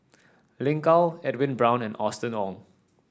Lin Gao Edwin Brown and Austen Ong